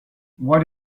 what